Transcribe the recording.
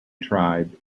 tribe